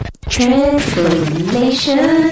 Transformation